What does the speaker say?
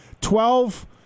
Twelve